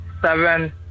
seven